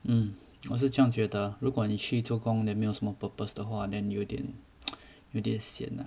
mm 我是这样觉得如果你去做工 then 没有什么 purpose 的话 then 有点 有点 sian ah